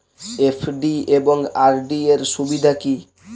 FD এবং RD এর সুবিধা কী?